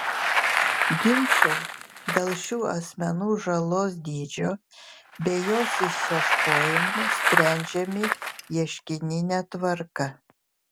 ginčai dėl šių asmenų žalos dydžio bei jos išieškojimo sprendžiami ieškinine tvarka